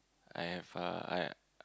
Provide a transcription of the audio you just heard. I have uh I